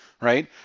right